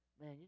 Man